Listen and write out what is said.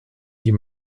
die